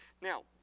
Now